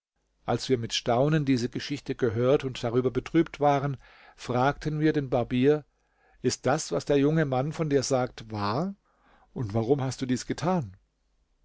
als wir mit staunen diese geschichte gehört und darüber betrübt waren fragten wir den barbier ist das was der junge mann von dir sagt wahr und warum hast du dies getan